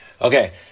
Okay